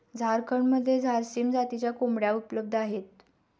झारखंडमध्ये झारसीम जातीच्या कोंबड्या उपलब्ध आहेत